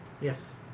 Yes